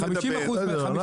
בסדר,